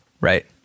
Right